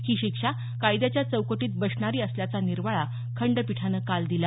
ही शिक्षा कायद्याच्या चौकटीत बसणारी असल्याचा निर्वाळा खंडपीठानं काल दिला